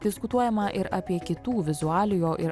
diskutuojama ir apie kitų vizualiojo ir